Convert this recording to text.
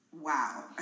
Wow